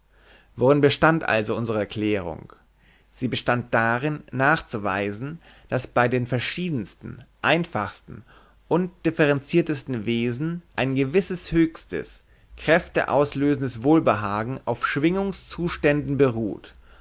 worin bestand also unsere erklärung sie bestand darin nachzuweisen daß bei den verschiedensten einfachsten und differenziertesten wesen ein gewisses höchstes kräfte auslösendes wohlbehagen auf schwingungszuständen beruht